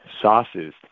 sauces